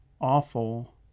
awful